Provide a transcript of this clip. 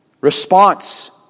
response